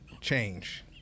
Change